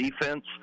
defense